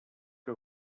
que